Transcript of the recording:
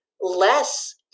less